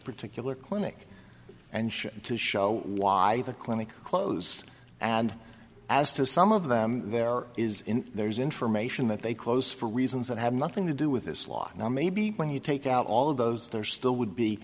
particular clinic and to show why the clinic closed and as to some of them there is there is information that they close for reasons that have nothing to do with this law now maybe when you take out all of those there still would be